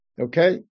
Okay